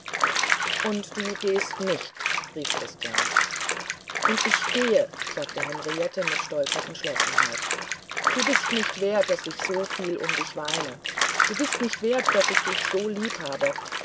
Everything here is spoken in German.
und du gehst nicht rief christian und ich gehe sagte henriette mit stolzer entschlossenheit du bist nicht wert daß ich so viel um dich weine du bist nicht wert daß ich dich so liebhabe